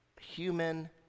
human